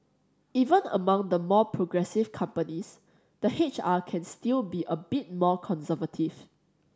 even among the more progressive companies the H R can still be a bit more conservative